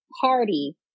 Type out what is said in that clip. party